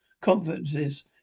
conferences